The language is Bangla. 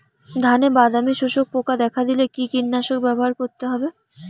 ধানে বাদামি শোষক পোকা দেখা দিলে কি কীটনাশক ব্যবহার করতে হবে?